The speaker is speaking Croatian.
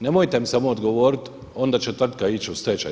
Nemojte mi samo odgovoriti onda će tvrtka ići u stečaj.